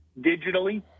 digitally